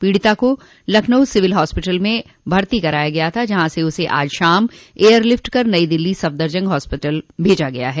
पीडिता को लखनऊ सिविल अस्पताल में भर्ती कराया गया था जहां से उसे आज शाम एयरलिफ्ट कर नई दिल्ली सफदरजग अस्पताल भेजा गया है